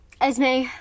Esme